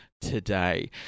today